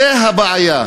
זאת הבעיה,